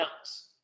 else